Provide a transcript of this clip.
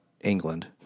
England